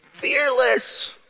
Fearless